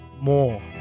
more